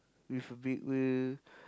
with a big wheel